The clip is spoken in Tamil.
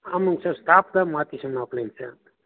ஆமாங்க சார் ஸ்டாஃப் தான் மாற்றி சொன்னாப்பள்ளைங்க சார்